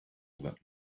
that